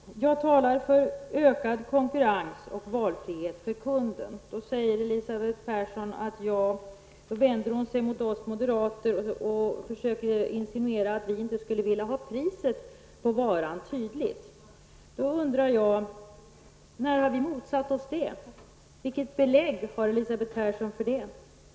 Herr talman! Jag talade för ökad konkurrens och valfrihet för kunden. Då vänder sig Elisabeth Persson mot oss moderater och insinuerar att vi inte skulle vilja ha priset på varan tydligt. När har vi motsatt oss det? Vilket belägg har Elisabeth Persson för det?